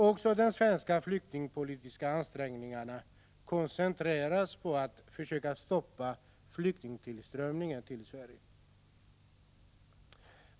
Också de svenska flyktingpolitiska ansträngningarna koncentreras på försök att stoppa flyktingtillströmningen till det egna landet.